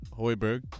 Hoiberg